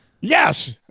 yes